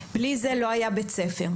בלי זה לא היה בית ספר.